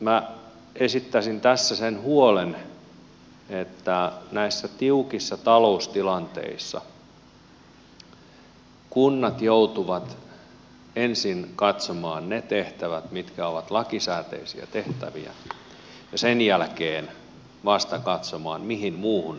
minä esittäisin tässä sen huolen että näissä tiukissa taloustilanteissa kunnat joutuvat ensin katsomaan ne tehtävät mitkä ovat lakisääteisiä tehtäviä ja sen jälkeen vasta katsovat mihin muuhun rahaa riittää